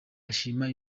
ashima